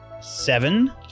Seven